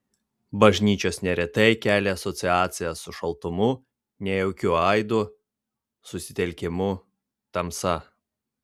bažnyčios neretai kelia asociacijas su šaltumu nejaukiu aidu susitelkimu tamsa